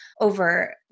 over